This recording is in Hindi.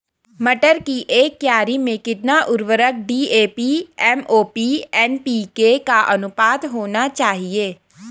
मटर की एक क्यारी में कितना उर्वरक डी.ए.पी एम.ओ.पी एन.पी.के का अनुपात होना चाहिए?